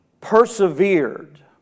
persevered